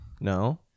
No